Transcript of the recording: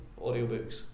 audiobooks